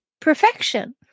perfection